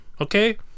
Okay